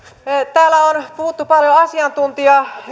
täällä on puhuttu paljon